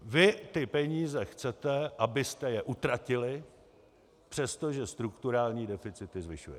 Vy ty peníze chcete, abyste je utratili, přestože strukturální deficit zvyšujete.